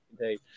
Indeed